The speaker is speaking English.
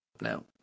No